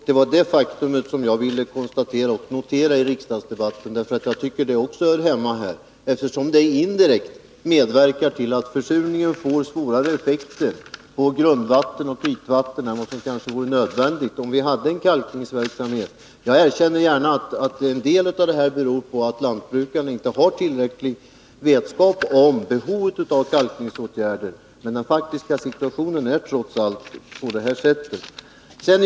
Det var detta faktum jag ville notera i riksdagsdebatten, eftersom det indirekt medverkar till att försurningen får svårare effekter på grundvatten och ytvatten än vad som kanske vore nödvändigt om vi hade en kalkningsverksamhet. Jag erkänner gärna att en del beror på att lantbrukarna inte har tillräcklig vetskap om behovet av kalkningsåtgärder, men jag ville peka på den faktiska situationen.